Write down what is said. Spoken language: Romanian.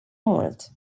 mult